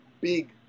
big